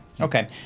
Okay